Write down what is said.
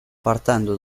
partendo